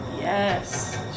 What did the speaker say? Yes